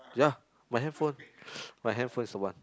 ya my handphone my handphone is the one